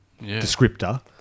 descriptor